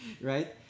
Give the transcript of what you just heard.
Right